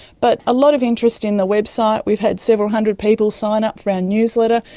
but a lot of interest in the website, we've had several hundred people sign up for our newsletter,